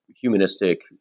humanistic